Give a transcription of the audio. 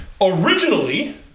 originally